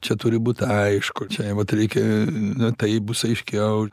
čia turi būt aišku čia vat reikia na taip bus aiškiau